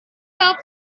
off